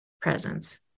presence